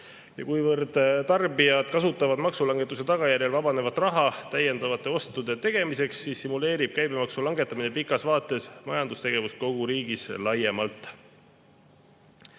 Kuivõrd tarbijad kasutavad maksulangetuse tagajärjel vabanevat raha täiendavate ostude tegemiseks, stimuleerib käibemaksu langetamine pikas vaates majandustegevust kogu riigis laiemalt. Eelnõu